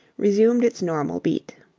resumed its normal beat.